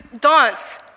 dance